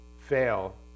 fail